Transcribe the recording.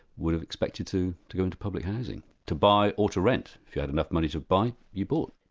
would have expected to to go into public housing, to buy or to rent, if you had enough money to buy, you bought.